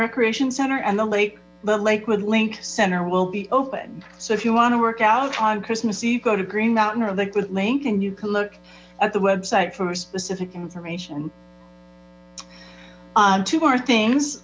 recreation center and the lake the lakewood link center will be open so if you want to work out on christmas eve go to green mountain or liquid link and you can look at the website for a specific information on to more things